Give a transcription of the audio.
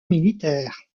militaire